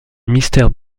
mystère